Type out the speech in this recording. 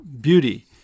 beauty